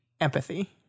empathy